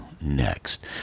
next